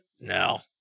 No